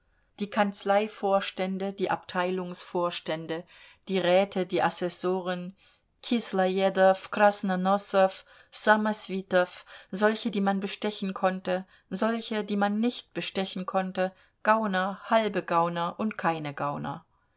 die kanzleivorstände die abteilungsvorstände die räte die assessoren kislojedow krasnonossow ssamoswitow solche die man bestechen konnte solche die man nicht bestechen konnte gauner halbe gauner und keine gauner